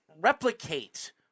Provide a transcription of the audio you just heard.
replicate